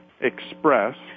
express